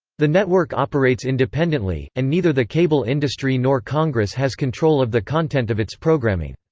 the network operates independently, and neither the cable industry nor congress has control of the content of its programming.